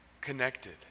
connected